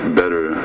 better